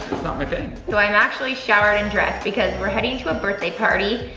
it's not my thing. so i'm actually showered and dressed because we're heading to a birthday party.